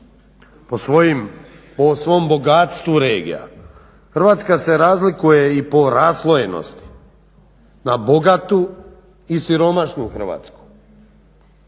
po svom bogatstvu regija. Hrvatska se razlikuje i po raslojenosti na bogatu i siromašnu Hrvatsku.